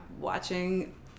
watching